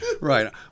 right